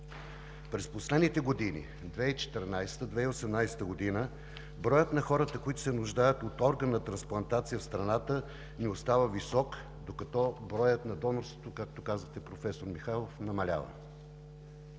През последните години – 2014 – 2018 г., броят на хората, които се нуждаят от органна трансплантация в страната ни остава висок, докато броят на донорството, както казахте, професор Михайлов, намалява.